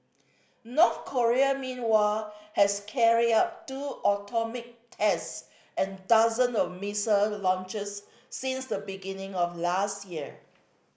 North Korea meanwhile has carried out two atomic test and dozens of missile launches since the beginning of last year